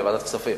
לוועדת הכספים.